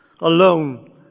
alone